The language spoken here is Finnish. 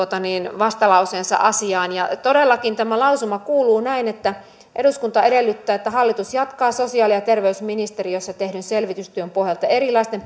vastalauseensa asiaan ja todellakin tämä lausuma kuuluu näin eduskunta edellyttää että hallitus jatkaa sosiaali ja terveysministeriössä tehdyn selvitystyön pohjalta erilaisten